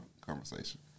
conversation